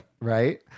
right